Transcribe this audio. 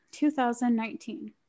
2019